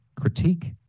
critique